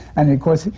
and of course,